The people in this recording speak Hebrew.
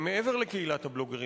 מעבר לקהילת הבלוגרים,